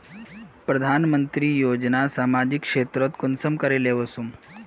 प्रधानमंत्री योजना सामाजिक क्षेत्र तक कुंसम करे ले वसुम?